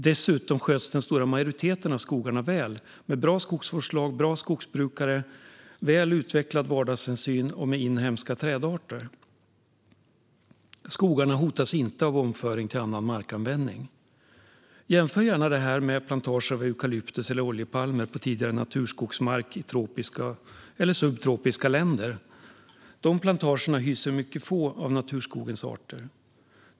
Dessutom sköts den stora majoriteten av skogarna med hjälp av en bra skogsvårdslag, bra skogsbrukare, väl utvecklad vardagshänsyn och med inhemska trädarter. Skogarna hotas inte av omföring till annan markanvändning. Jämför det gärna med plantager av eukalyptusar eller oljepalmer på tidigare naturskogsmark i tropiska eller subtropiska länder. De plantagerna hyser få av naturskogens arter.